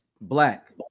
Black